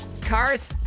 cars